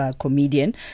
comedian